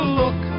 look